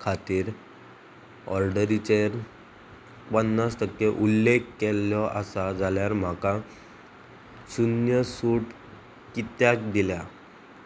खातीर ऑर्डरीचेर पन्नास टक्के उल्लेख केल्लो आसा जाल्यार म्हाका शुन्य सूट कित्याक दिल्या